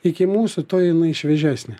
iki mūsų tuo jinai šviežesnė